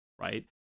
right